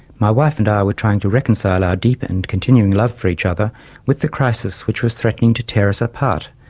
my wife and i were trying to reconcile our deep and continuing love for each other with the crisis which was threatening to tear us apart,